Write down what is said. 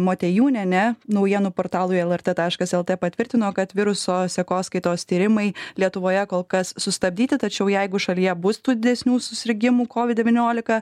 motiejūnienė naujienų portalui lrt taškas lt patvirtino kad viruso sekoskaitos tyrimai lietuvoje kol kas sustabdyti tačiau jeigu šalyje bus tų didesnių susirgimų covid devyniolika